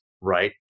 right